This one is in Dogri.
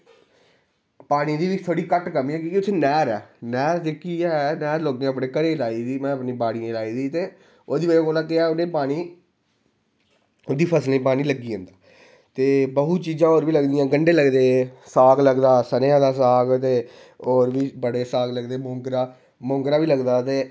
पानी दी बी थोह्ड़ी घट्ट करनी होंदी कि उत्थै नैह्र ऐ नैह्र जेह्की ऐ नैह्र लोकें अपने घरै गी लाई दी अपनी बाड़ियें गी लाई दी ते ओह्दी बजह कन्नै उनेंगी केह् ऐ कि पानी उंदी फसलें गी पानी लग्गी जंदा ते बड़ीं चीज़ां होर गंडे बी लगदे साग लगदा सरेआ दा साग ते होर बी बड़े सारे लगदे मौंगरा मौंगरा बी लगदा ते